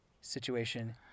situation